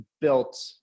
built